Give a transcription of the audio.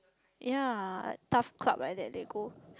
ya like taf club like that they go